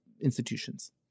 institutions